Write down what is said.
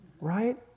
right